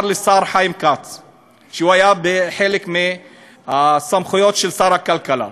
שהיה חלק מהסמכויות של שר הכלכלה,